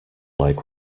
like